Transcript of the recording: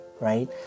right